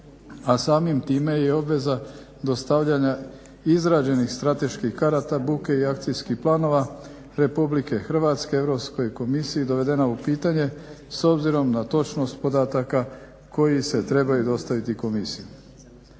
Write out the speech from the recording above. a samim time i obveza dostavljanja izrađenih strateških karata buke i akcijskih planova Republike Hrvatske Europskoj komisiji dovedena u pitanje s obzirom na točnost podataka koji se trebaju dostaviti Komisiji.